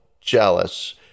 jealous